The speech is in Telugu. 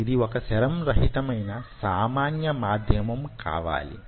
ఇది వొక సెరం రహితమైన సామాన్య మాధ్యమం కావాలి